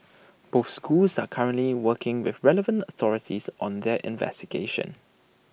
both schools are currently working with relevant authorities on their investigations